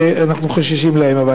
שאנחנו חוששים מהם.